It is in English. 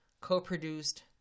co-produced